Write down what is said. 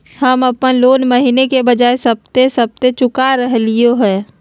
हम अप्पन लोन महीने के बजाय सप्ताहे सप्ताह चुका रहलिओ हें